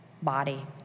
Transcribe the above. body